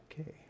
Okay